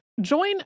Join